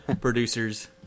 producers